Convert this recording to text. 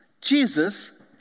Jesus